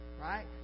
Right